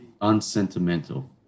unsentimental